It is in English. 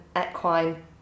equine